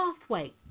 pathway